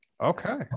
Okay